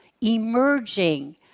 emerging